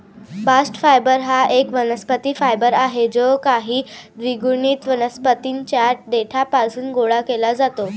bast fibre हा एक वनस्पती फायबर आहे जो काही द्विगुणित वनस्पतीं च्या देठापासून गोळा केला जातो